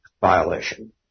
violation